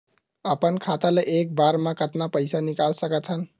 अपन खाता ले एक बार मा कतका पईसा निकाल सकत हन?